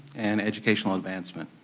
and educational advancement.